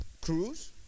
Cruz